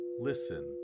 listen